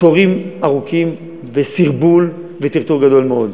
תורים ארוכים וסרבול וטרטור גדול מאוד.